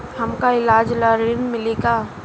हमका ईलाज ला ऋण मिली का?